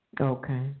Okay